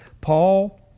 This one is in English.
Paul